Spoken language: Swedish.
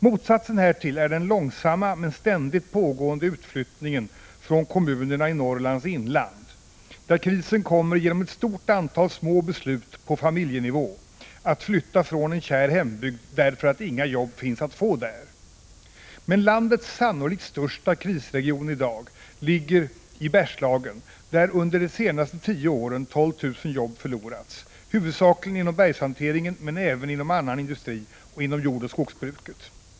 Motsatsen härtill är den långsamma men ständigt pågående utflyttningen från kommunerna i Norrlands inland, där krisen kommer genom ett stort antal små beslut på familjenivå att flytta från en kär hembygd därför att inga jobb finns att få där. Men landets sannolikt största krisregion i dag ligger i Bergslagen, där under de senaste tio åren 12 000 jobb förlorats, huvudsakligen inom bergshanteringen men även inom annan industri och inom jordoch skogsbruket.